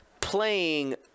playing